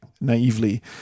naively